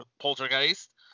Poltergeist